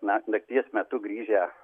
na nakties metu grįžę